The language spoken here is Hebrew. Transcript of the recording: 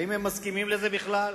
האם הם מסכימים לזה בכלל?